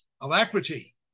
alacrity